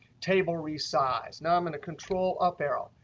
table resize. now i'm going to control up error.